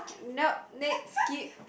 nope next skip